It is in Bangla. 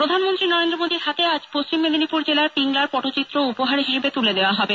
প্রধানমন্ত্রী নরেন্দ্র মোদির হাতে আজ পশ্চিম মেদিনীপুর জেলার পিংলার পটচিত্র উপহার হিসেবে তুলে দেওয়া হবে